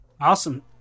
Awesome